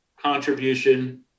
contribution